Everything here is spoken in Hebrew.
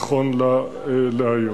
נכון להיום.